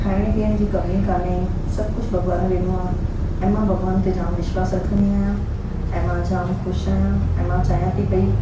खाइणु पीअण जी कमी कान्हे सभु कुझु भॻवानु ॾिनो आहे ऐं मां भॻवान ते जाम विश्वासु रखंदी आहियां ऐं मां जाम ख़ुशि आहियां ऐं मां चाहियां थी पई